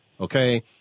Okay